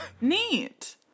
Neat